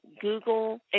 Google